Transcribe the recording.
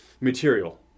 material